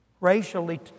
Racially